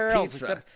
pizza